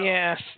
Yes